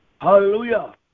Hallelujah